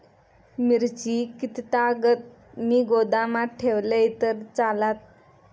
मिरची कीततागत मी गोदामात ठेवलंय तर चालात?